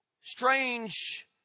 strange